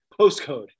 postcode